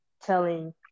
Telling